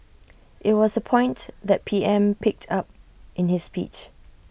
IT was A point the P M picked up in his speech